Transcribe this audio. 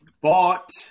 Bought